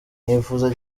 nifuza